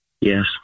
Yes